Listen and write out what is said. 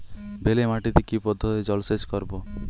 বেলে মাটিতে কি পদ্ধতিতে জলসেচ করব?